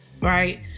right